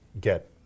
get